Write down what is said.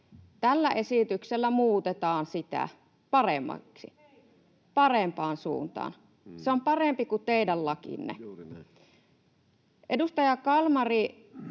Heikennetään!] — Parempaan suuntaan. Se on parempi kuin teidän lakinne. — Edustaja Kalmari